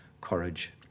courage